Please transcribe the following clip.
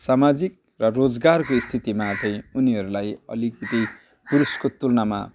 सामाजिक र रोजगारी स्थितिमा चाहिँ उनीहरूलाई अलिकति पुरुषको तुलनामा